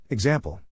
Example